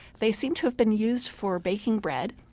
they seemed to have been used for baking bread.